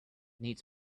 needs